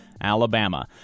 alabama